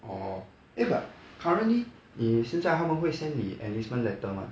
orh eh but currently 你现在他们会 send 你 enlistment letter mah